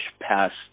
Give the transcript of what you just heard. past